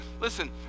listen